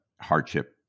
hardship